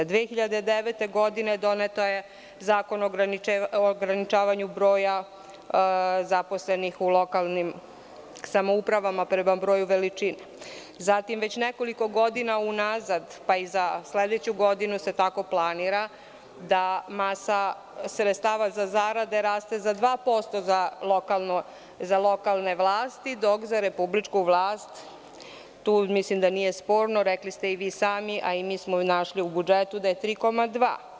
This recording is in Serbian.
Godine 2009. je donet Zakon o ograničavanju broja zaposlenih u lokalnim samoupravama, prema broju veličine, a već nekoliko godina unazad, pa i za sledeću godinu se tako planira da masa sredstava raste za 2% za lokalne vlasti, dok za republičku vlast tu nije sporno, rekli ste i vi sami, a mi smo našli u budžetu da je 3,2%